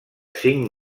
cinc